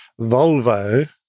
Volvo